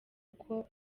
uko